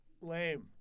Lame